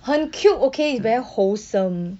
很 cute okay it's very wholesome